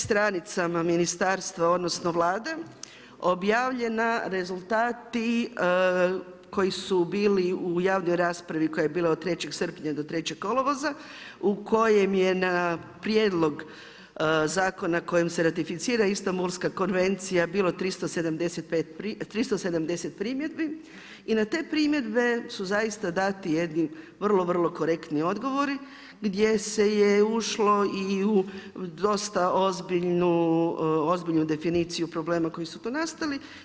Stranicama odnosno Vlade objavljeni rezultati koji su bili u javnoj raspravi koja je bila od 3. srpnja do 3. kolovoza u kojem je na prijedlog Zakona kojim se ratificira Istambulska konvencija bilo 370 primjedbi i na te primjedbe su zaista dati jedni vrlo, vrlo korektni odgovor gdje se je ušlo i u dosta ozbiljnu definiciju problema koji su tu nastali.